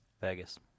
Vegas